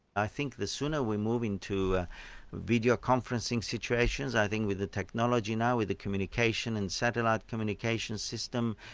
i think the sooner we move into ah video conferencing situations i think with the technology now, with the communication and satellite communication system,